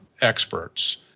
experts